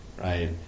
Right